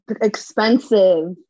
Expensive